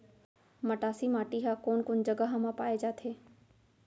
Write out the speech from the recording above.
मटासी माटी हा कोन कोन जगह मा पाये जाथे?